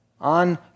on